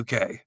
UK